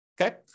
okay